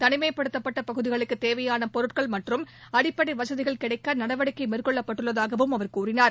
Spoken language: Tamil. தனிமைப்படுத்தப்பட்ட பகுதிகளுக்குத் தேவையான பொருட்கள் மற்றும் அடிப்படை வசதிகள் கிடைக்க நடவடிக்கை மேற்கொள்ளப்பட்டுள்ளதாகவும் அவர் கூறினார்